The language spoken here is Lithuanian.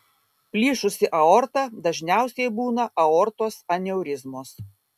plyšusi aorta dažniausiai būna aortos aneurizmos